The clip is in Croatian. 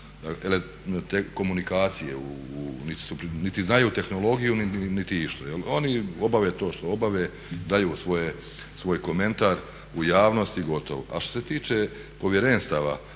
za komunikacije, niti znaju tehnologiju niti išta. Oni obave to što obave, daju svoj komentar u javnost i gotovo. A što se tiče povjerenstava,